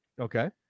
Okay